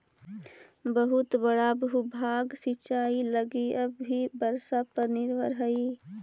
बहुत बड़ा भूभाग सिंचाई लगी अब भी वर्षा पर निर्भर हई